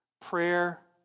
prayer